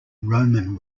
roman